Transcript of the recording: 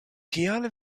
kial